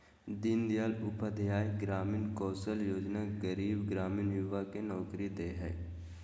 दीन दयाल उपाध्याय ग्रामीण कौशल्य योजना गरीब ग्रामीण युवा के नौकरी दे हइ